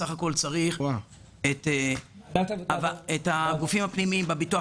בסך הכול צריך את הגופים הפנימיים בביטוח